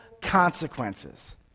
consequences